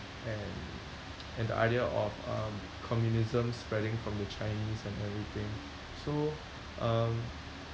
and and the idea of um communism spreading from the chinese and everything so um